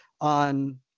on